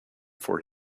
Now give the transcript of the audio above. for